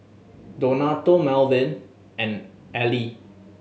Donato Melvin and Ally